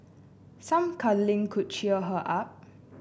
some cuddling could cheer her up